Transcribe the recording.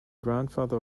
grandfather